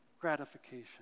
gratification